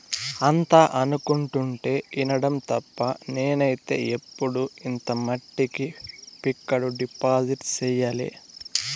అంతా అనుకుంటుంటే ఇనడం తప్ప నేనైతే ఎప్పుడు ఇంత మట్టికి ఫిక్కడు డిపాజిట్ సెయ్యలే